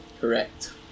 correct